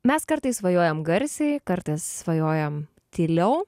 mes kartais svajojam garsiai kartais svajojam tyliau